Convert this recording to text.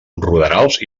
ruderals